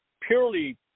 purely